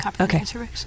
Okay